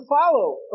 follow